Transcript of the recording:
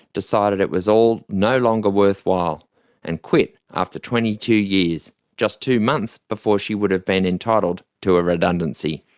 decided it was all no longer worthwhile and quit after twenty two years, just two months before she would have been entitled to a redundancy.